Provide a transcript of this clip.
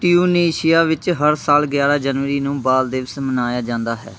Tunisia ਵਿੱਚ ਹਰ ਸਾਲ ਗਿਆਰ੍ਹਾਂ ਜਨਵਰੀ ਨੂੰ ਬਾਲ ਦਿਵਸ ਮਨਾਇਆ ਜਾਂਦਾ ਹੈ